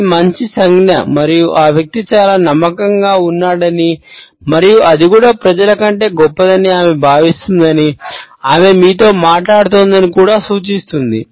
ఇది మంచి సంజ్ఞ మరియు ఆ వ్యక్తి చాలా నమ్మకంగా ఉన్నాడని మరియు అది కూడా ప్రజల కంటే గొప్పదని ఆమె భావిస్తుందని ఆమె మీతో మాట్లాడుతోందని కూడా సూచిస్తుంది